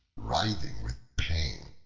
writhing with pain,